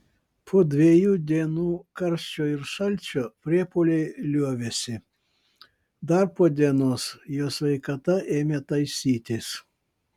po dviejų dienų karščio ir šalčio priepuoliai liovėsi dar po dienos jo sveikata ėmė taisytis